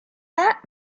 that